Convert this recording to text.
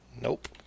Nope